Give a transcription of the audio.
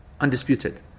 undisputed